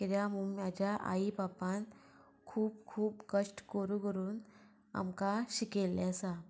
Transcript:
कित्याक म्हाज्या आई पापान खूब खूब कश्ट करूं करून आमकां शिकयल्ले आसा